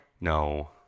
no